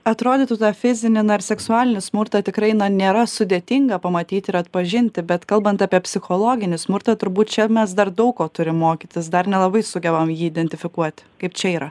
atrodytų tą fizinį na ar seksualinį smurtą tikrai nėra sudėtinga pamatyti ir atpažinti bet kalbant apie psichologinį smurtą turbūt čia mes dar daug ko turi mokytis dar nelabai sugebam jį identifikuoti kaip čia yra